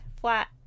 flat